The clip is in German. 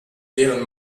deren